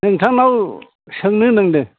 नोंथांनाव सोंनो नंदों